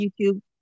youtube